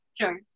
Sure